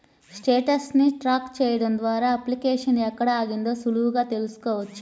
status ని track చెయ్యడం ద్వారా అప్లికేషన్ ఎక్కడ ఆగిందో సులువుగా తెల్సుకోవచ్చు